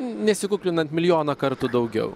nesikuklinant milijoną kartų daugiau